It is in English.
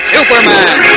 Superman